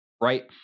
right